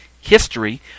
history